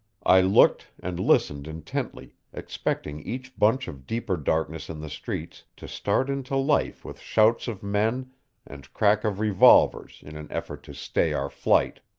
i looked and listened intently, expecting each bunch of deeper darkness in the streets to start into life with shouts of men and crack of revolvers in an effort to stay our flight.